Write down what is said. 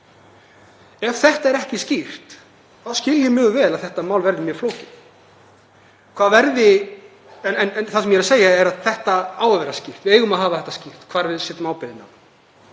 Ef þetta er ekki skýrt þá skil ég mjög vel að þetta mál verði mjög flókið. En það sem ég er að segja er að þetta á að vera skýrt. Við eigum að hafa það skýrt hvar við setjum ábyrgðina.